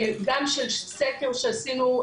גם של סקר שעשינו,